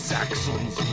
Saxons